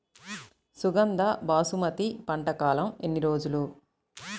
సుగంధ బాసుమతి పంట కాలం ఎన్ని రోజులు?